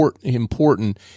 important